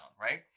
right